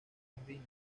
jardines